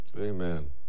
Amen